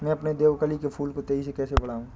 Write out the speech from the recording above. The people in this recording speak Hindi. मैं अपने देवकली के फूल को तेजी से कैसे बढाऊं?